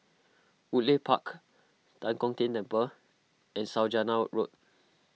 Woodleigh Park Tan Kong Tian Temple and Saujana Road